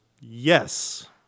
yes